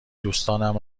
دوستانم